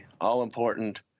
all-important